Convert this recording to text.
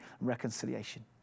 reconciliation